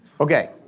Okay